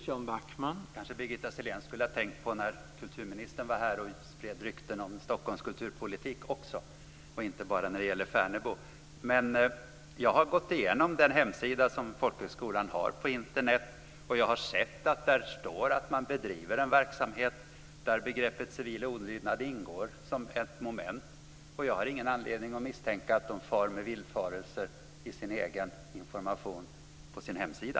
Herr talman! Det kanske Birgitta Sellén skulle ha tänkt på inte bara när det gäller Färnebo utan också när kulturministern var här i kammaren och spred rykten om Stockholms kulturpolitik. Jag har gått igenom den hemsida som folkhögskolan har på Internet. Jag har sett att det står att man bedriver en verksamhet där civil olydnad ingår som ett moment. Jag har ingen anledning att misstänka att man far med villfarelse i sin egen information på sin hemsida.